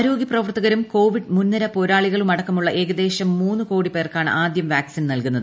ആരോഗ്യ പ്രവർത്തകരും കോവിഡ് മുൻനിര പോരാളികളുമടക്കമുള്ള ഏകദേശം മൂന്ന് കോടി പേർക്കാണ് ആദ്യം വാക്സിൻ നൽകുന്നത്